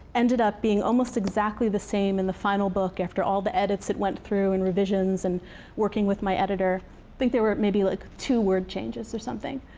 ended up being almost exactly the same in the final book after all the edits it went through, and revisions, and working with my editor. i think there were maybe like two word changes or something.